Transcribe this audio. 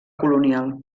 colonial